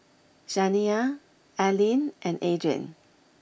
Shaniya Allyn and Adriene